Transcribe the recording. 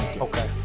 Okay